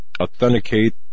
authenticate